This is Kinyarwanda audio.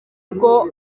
uko